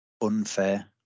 unfair